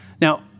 Now